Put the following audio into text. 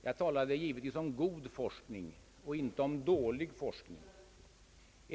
Jag avsåg givetvis god forskning, inte dålig forskning.